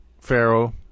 Pharaoh